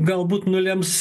galbūt nulems